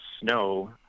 snow